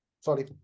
sorry